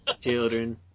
Children